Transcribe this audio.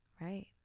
Right